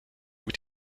mit